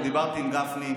ודיברתי עם גפני,